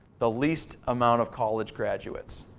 the least amount of college graduates.